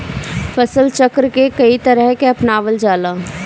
फसल चक्र के कयी तरह के अपनावल जाला?